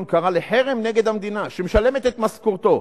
קרא לחרם נגד המדינה שמשלמת את משכורתו,